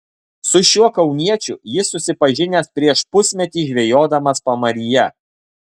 su šiuo kauniečiu jis susipažinęs prieš pusmetį žvejodamas pamaryje